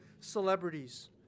Celebrities